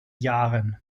jahren